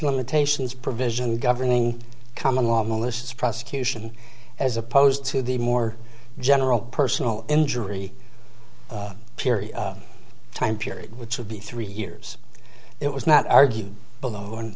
limitations provision governing common law malicious prosecution as opposed to the more general personal injury period time period which would be three years it was not argued below